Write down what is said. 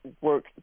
work